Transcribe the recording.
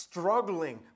Struggling